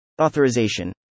Authorization